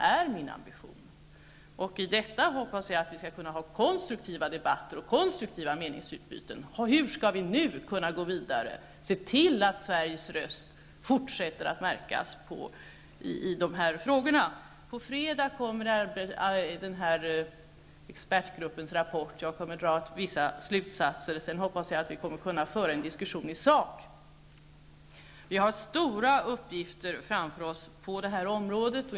I anslutning till detta hoppas jag att vi skall kunna föra konstruktiva debatter och meningsutbyten om hur vi skall kunna gå vidare och hur vi skall kunna se till att Sveriges röst fortsätter att höras i dessa frågor. På fredag kommer expertgruppens rapport som jag kommer att dra vissa slutsatser av. Jag hoppas att vi sedan kan föra en diskussion i sak. Vi har stora uppgifter framför oss på det här området.